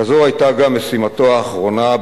כזו היתה גם משימתו האחרונה,